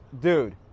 Dude